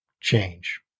change